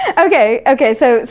and okay, okay, so,